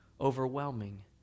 overwhelming